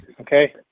Okay